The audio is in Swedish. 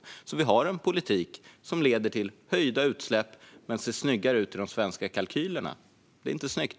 Det här är alltså en politik som leder till höjda utsläpp men som ser snyggare ut i de svenska kalkylerna. Det är inte snyggt.